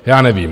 Já nevím.